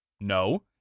No